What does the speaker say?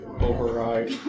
Override